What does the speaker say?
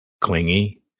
clingy